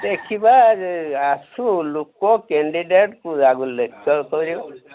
ଦେଖିବା ଆସୁ ଲୋକ କ୍ୟାଣ୍ଡିଡେଟକୁ ଆଗ